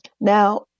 Now